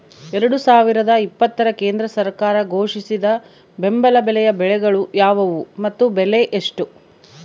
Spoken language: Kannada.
ಎರಡು ಸಾವಿರದ ಇಪ್ಪತ್ತರ ಕೇಂದ್ರ ಸರ್ಕಾರ ಘೋಷಿಸಿದ ಬೆಂಬಲ ಬೆಲೆಯ ಬೆಳೆಗಳು ಯಾವುವು ಮತ್ತು ಬೆಲೆ ಎಷ್ಟು?